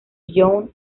young